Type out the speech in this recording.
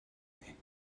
née